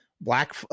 Black